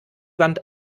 wand